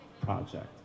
project